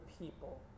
people